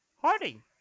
Harding